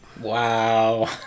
wow